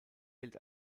gilt